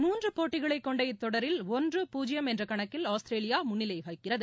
மூன்று போட்டிகளை கொண்ட இத்தொடரில் ஒன்று பூஜ்யம் என்ற கணக்கில் ஆஸ்திரேலியா முன்னிலை வகிக்கிறது